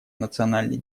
национальный